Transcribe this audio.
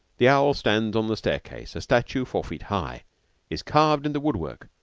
the owl stands on the staircase, a statue four feet high is carved in the wood-work,